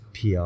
PR